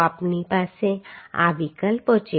તો આપણી પાસે આ વિકલ્પો છે